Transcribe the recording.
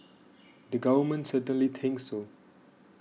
the government certainly thinks so